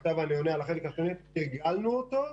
תרגלנו אותו,